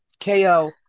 KO